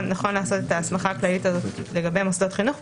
לעשות את ההסמכה הכללית הזאת לגבי מוסדות חינוך,